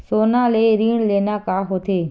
सोना ले ऋण लेना का होथे?